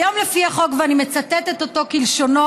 כיום, לפי החוק, ואני מצטטת אותו כלשונו: